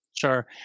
Sure